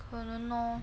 可能 lor